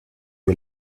you